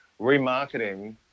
Remarketing